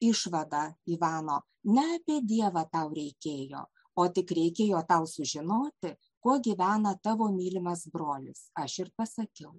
išvada ivano ne apie dievą tau reikėjo o tik reikėjo tau sužinoti kuo gyvena tavo mylimas brolis aš ir pasakiau